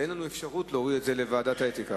אין לנו אפשרות להוריד את זה לוועדת האתיקה.